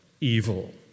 evil